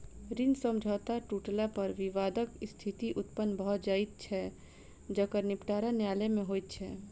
ऋण समझौता टुटला पर विवादक स्थिति उत्पन्न भ जाइत छै जकर निबटारा न्यायालय मे होइत छै